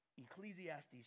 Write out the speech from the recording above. Ecclesiastes